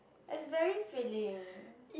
is very filling